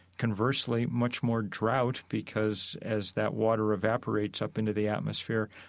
conversely, much more drought because as that water evaporates up into the atmosphere,